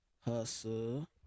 hustle